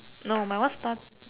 no my one start